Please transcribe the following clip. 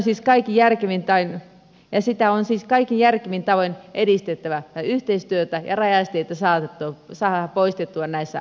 isänmaatamme on hyödynnettävä ja tätä yhteistyötä on siis kaikin järkevin tavoin edistettävä ja rajaesteitä on saatava poistettua näissä asioissa